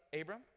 Abram